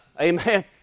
Amen